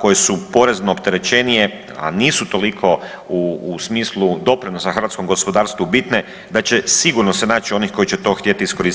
koje su porezno opterećenije, a nisu toliko u smislu doprinosa hrvatskom gospodarstvu bitne da će sigurno se naći onih koji će to htjeti iskoristiti.